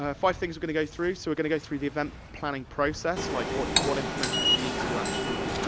ah five things we're gonna go through, so, we're gonna go through the event planning process, like what what information do you need to actually,